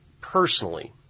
personally